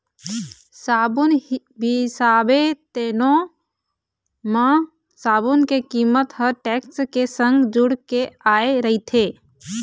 साबून बिसाबे तेनो म साबून के कीमत ह टेक्स के संग जुड़ के आय रहिथे